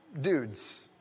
Dudes